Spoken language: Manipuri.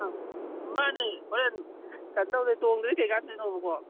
ꯑꯥ ꯃꯥꯟꯅꯦ ꯍꯣꯔꯦꯟ ꯀꯩꯅꯣ ꯇꯧꯗ꯭ꯔꯥꯗꯤ ꯇꯣꯡꯗ꯭ꯔꯗꯤ ꯀꯔꯤ ꯀꯥꯟꯅꯗꯣꯏꯅꯣꯕꯀꯣ